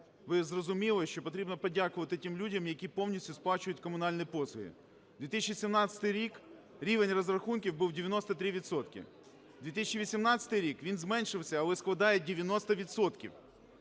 ви зрозуміли, що потрібно подякувати тим людям, які повністю сплачують комунальні послуги. 2017 рік - рівень розрахунків був 93 відсотки, 2018 рік - він зменшився, але складає 90